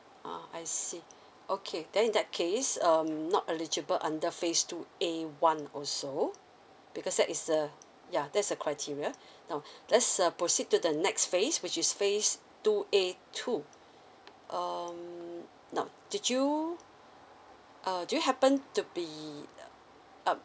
uh I see okay then in that case um not eligible under phase two A one also because that is a yeah that's a criteria now let's err proceed to the next phase which is phase two A two um now did you err do you happened to be err